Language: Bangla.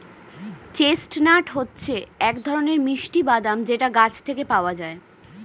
চেস্টনাট হচ্ছে এক ধরনের মিষ্টি বাদাম যেটা গাছ থেকে পাওয়া যায়